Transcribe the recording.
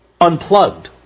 unplugged